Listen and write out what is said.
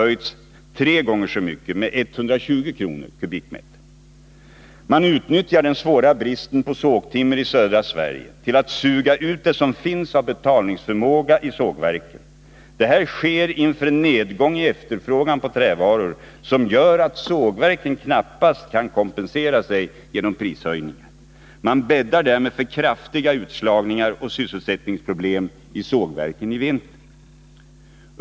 höjts tre gånger så mycket, med 120 kr. per kubikmeter. Man utnyttjar den svåra bristen på sågtimmer i södra Sverige till att suga ut det som finns av betalningsförmåga i sågverken. Det här sker inför en nedgång i efterfrågan på trävaror som gör att sågverken knappast kan kompensera sig genom prishöjningar. Man bäddar därmed för kraftiga utslagningar och sysselsättningsproblem i sågverken i vinter.